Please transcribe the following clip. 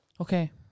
Okay